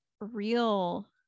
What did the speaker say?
real